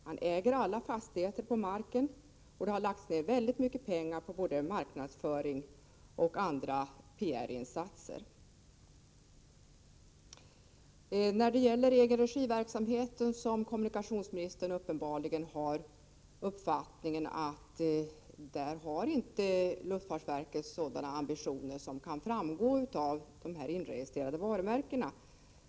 Han äger alla fastigheter på marken, och det har lagts ner väldigt mycket pengar på både marknadsföring och andra PR insatser. När det gäller egenregiverksamheten har kommunikationsministern uppenbarligen uppfattningen, att där har inte luftfartsverket sådana ambitioner som kan framgå av de inregistrerade varumärkena.